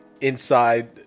Inside